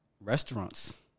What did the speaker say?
restaurants